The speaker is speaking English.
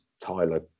Tyler